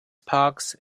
parks